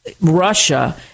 Russia